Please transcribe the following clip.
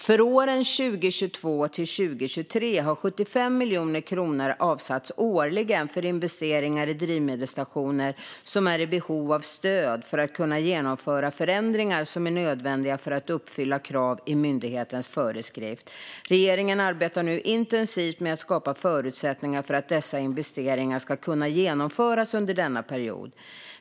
För åren 2022 och 2023 har 75 miljoner kronor avsatts årligen för investeringar i drivmedelsstationer som är i behov av stöd för att kunna genomföra förändringar som är nödvändiga för att uppfylla krav i myndighetens föreskrift. Regeringen arbetar nu intensivt med att skapa förutsättningar för att dessa investeringar ska kunna genomföras under denna period.